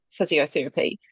physiotherapy